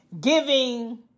giving